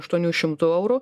aštuonių šimtų eurų